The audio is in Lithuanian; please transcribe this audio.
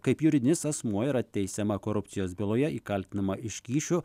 kaip juridinis asmuo yra teisiama korupcijos byloje ji kaltinama iš kyšių